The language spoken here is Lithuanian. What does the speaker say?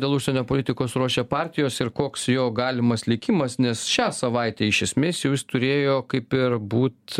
dėl užsienio politikos ruošia partijos ir koks jo galimas likimas nes šią savaitę iš esmės jūs turėjo kaip ir būt